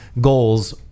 goals